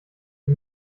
sie